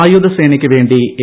സായുധ സേനയ്ക്കു വേണ്ടി എ